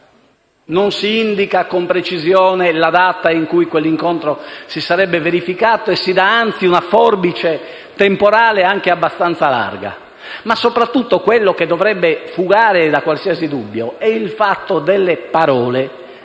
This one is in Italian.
non si indica con precisione la data in cui quell'incontro si sarebbe verificato e si dà, anzi, una forbice temporale anche abbastanza larga. Ma, soprattutto, quello che dovrebbe fugare qualsiasi dubbio sono le parole